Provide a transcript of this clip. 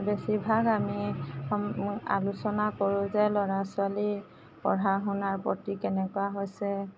বেছি ভাগ আমি সম আলোচনা কৰোঁ যে ল'ৰা ছোৱালী পঢ়া শুনা প্ৰতি কেনেকুৱা হৈছে